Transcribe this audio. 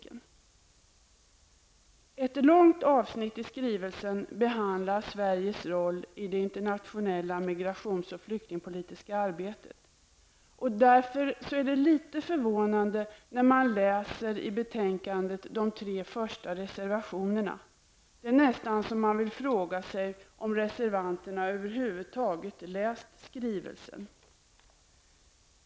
Ett långt avsnitt i skrivelsen behandlar Sveriges roll i det internationella migrations och flyktingpolitiska arbetet. Man blir därför litet förvånad när man läser de tre första reservationerna till betänkandet. Man vill nästan fråga sig om reservanterna över huvud taget läst skrivelsen.